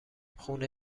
خونه